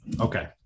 Okay